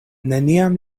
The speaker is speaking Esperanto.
neniam